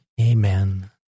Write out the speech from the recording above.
Amen